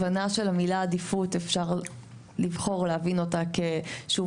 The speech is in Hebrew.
הבנה של המילה עדיפות אפשר לבחור להבין אותה כשום